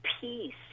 peace